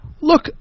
Look